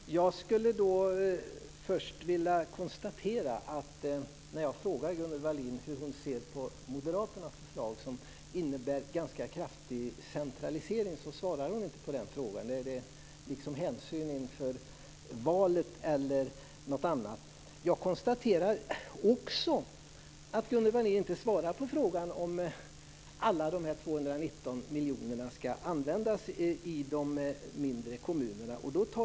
Fru talman! Jag skulle först vilja konstatera att Gunnel Wallin inte svarade på min fråga om hur hon ser på moderaternas förslag, som innebär en ganska kraftig centralisering. Är det av hänsyn till det kommande valet som hon inte svarar, eller beror det på något annat? Jag konstaterar också att Gunnel Wallin inte svarar på frågan om alla de 219 miljonerna ska användas i de mindre kommunerna.